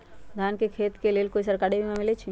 धान के खेती के लेल कोइ सरकारी बीमा मलैछई?